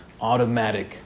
automatic